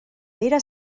era